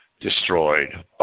destroyed